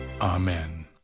Amen